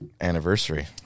anniversary